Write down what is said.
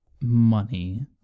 money